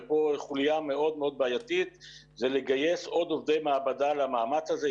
ופה חוליה מאוד בעייתית זה לגייס עוד עובדי מעבדה למאמץ הזה.